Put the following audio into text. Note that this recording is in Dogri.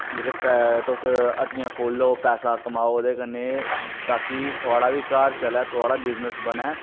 जेह्का तुस हट्टियां खोह्ल्लो पैसा कमाओ ते कन्नै ताकि थुआढ़ा बी घर चलै थुआढ़ा बिजनेस बनै